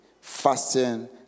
fasting